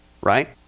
right